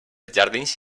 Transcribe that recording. jardins